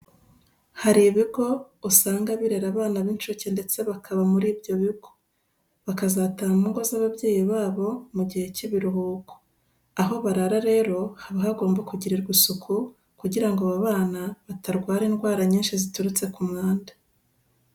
Hari ibigo usanga birera abana b'incuke ndetse bakaba muri ibyo bigo, bakazataha mu ngo z'ababyeyi babo mu gihe cy'ibiruhuko. Aho barara rero haba hagomba kugirirwa isuku kugira ngo abo bana batarwara indwara nyinshi ziturutse ku mwanda.